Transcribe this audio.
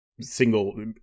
single